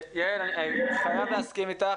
יעל, אני חייב להסכים איתך.